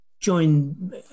join